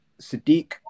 Sadiq